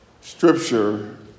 scripture